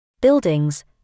Buildings